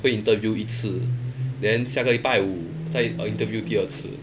会 interview 一次 then 下个礼拜五再 interview 第二次